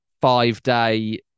five-day